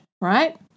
right